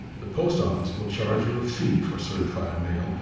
the post office will charge you a fee for certified mail,